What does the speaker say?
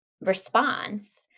response